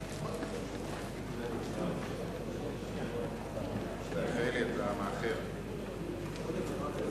סעיפים 1 13 נתקבלו.